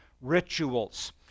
rituals